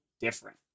different